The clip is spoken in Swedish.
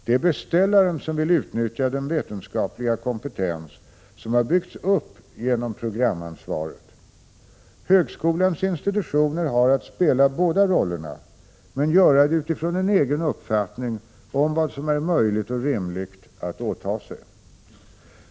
Det är beställaren som vill utnyttja den vetenskapliga kompetens som har byggts upp genom programansvaret. Högskolans institutioner har att spela båda rollerna men göra det utifrån en egen uppfattning om vad som är möjligt och rimligt att åta sig.